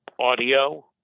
Audio